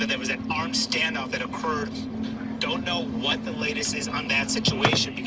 there was an armed standoff that occurred. i don't know what the latest is on that situation.